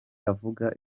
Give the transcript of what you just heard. avuga